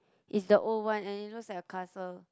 it's the old one and it looks like a castle